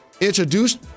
introduced